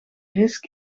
risk